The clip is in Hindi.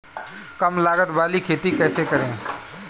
कम लागत वाली खेती कैसे करें?